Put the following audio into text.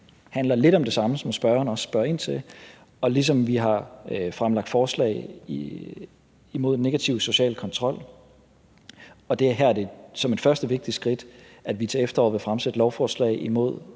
Det handler lidt om det samme, som spørgeren spørger ind til. Og vi har forslag imod negativ social kontrol. Det er her, at vi, som et første vigtigt skridt, til efteråret vil fremsætte lovforslag om